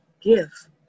give